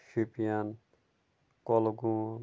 Shopian Kulgam